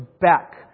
back